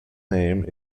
name